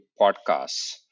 podcasts